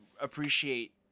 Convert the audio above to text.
appreciate